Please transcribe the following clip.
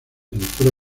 pintura